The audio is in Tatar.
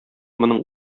моның